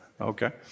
Okay